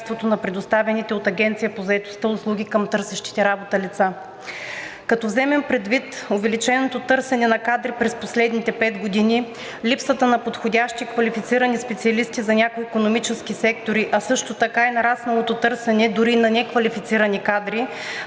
на предоставените от Агенцията по заетостта услуги към търсещите работа лица. Като вземем предвид увеличеното търсене на кадри през последните 5 години, липсата на подходящи квалифицирани специалист за някои икономически сектори, а също така и нарасналото търсене, дори на неквалифицирани кадри,